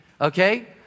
Okay